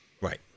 Right